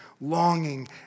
longing